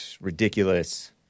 Ridiculous